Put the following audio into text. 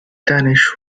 danish